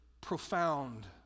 profound